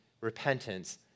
repentance